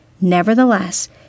Nevertheless